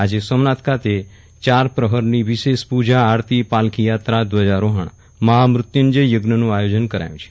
આજે સોમનાથ ખાતે ચાર પ્રહરની વિશેષ પૂજા આરતી પાલખી યાત્રા ધ્વજારોહણ મહામૃત્યુજય યજ્ઞનું આયોજન કરાયું છે